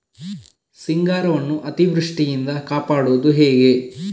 ಸಿಂಗಾರವನ್ನು ಅತೀವೃಷ್ಟಿಯಿಂದ ಕಾಪಾಡುವುದು ಹೇಗೆ?